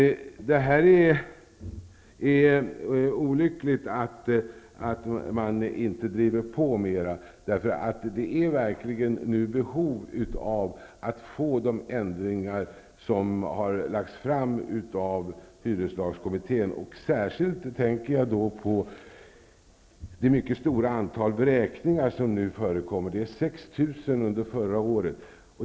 Det är olyckligt att man inte driver på mera, för det finns nu verkligen behov av de ändringar som har föreslagits av hyreslagskommittén. Särskilt tänker jag då på det mycket stora antal vräkningar som nu förekommer; det var 6 000 under förra året.